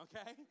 okay